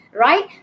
right